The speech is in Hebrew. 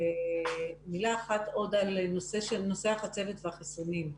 מילה אחת עוד על נושא החצבת והחיסונים.